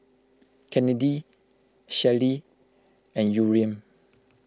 Kennedy Shelli and Yurem